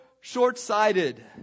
short-sighted